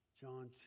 John